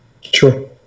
Sure